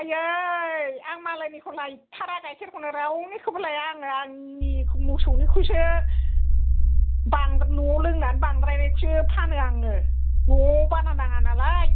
आयै आं मालायनिखौ लायथारा गायखेरखौनो रावनिखौबो लाया आङो आंनि मोसौनिखौसो बांद्राय न'याव लोंनानै बांद्रायनायखौसो फानो आङो न'याव बारा नाङा नालाय